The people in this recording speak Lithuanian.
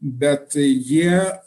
bet jie